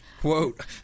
Quote